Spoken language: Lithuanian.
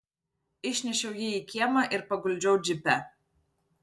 išnešiau jį į kiemą ir paguldžiau džipe